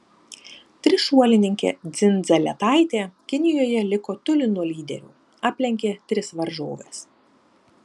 trišuolininkė dzindzaletaitė kinijoje liko toli nuo lyderių aplenkė tris varžoves